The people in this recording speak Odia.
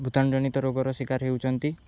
ଭୂତାଣୁ ଜନିତ ରୋଗର ଶିକାର ହେଉଛନ୍ତି